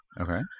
Okay